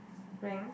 bring